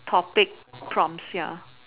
topic prompts ya